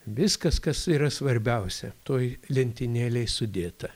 viskas kas yra svarbiausia toj lentynėlėj sudėta